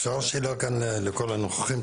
אפשר לשאול שאלה כאן לכל הנוכחים?